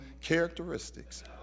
characteristics